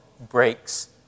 breaks